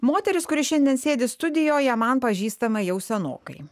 moteris kuri šiandien sėdi studijoje man pažįstama jau senokai